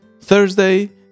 Thursday